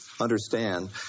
understand